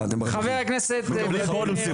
חבר הכנסת ולדימיר,